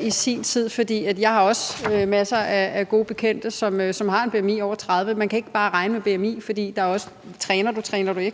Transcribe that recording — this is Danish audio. i sin tid. Jeg har også masser af gode bekendte, som har et bmi over 30. Man kan ikke bare regne med bmi, for der er også spørgsmålet om, om du træner eller ej.